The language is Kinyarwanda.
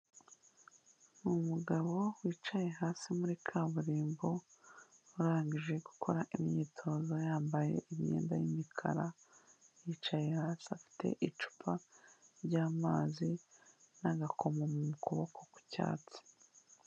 Umugabo wicaye hasi muri kaburimbo, urangije gukora imyitozo yambaye imyenda y'imikara, yicaye hasi afite icupa ry'amazi n'agakoma mu kuboko k'icyatsi.